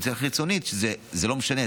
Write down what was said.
וזה לא משנה,